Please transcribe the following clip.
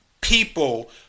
people